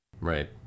Right